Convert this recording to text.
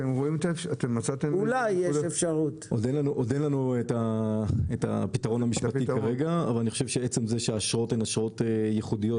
עוד אין לנו הפתרון המשפטי אבל עצם זה שהאשרות הן ייחודיות.